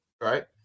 right